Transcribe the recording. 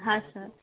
હા સર